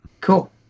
Cool